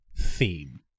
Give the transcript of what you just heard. theme